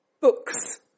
books